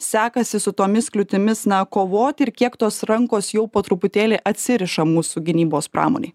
sekasi su tomis kliūtimis na kovoti ir kiek tos rankos jau po truputėlį atsiriša mūsų gynybos pramonėj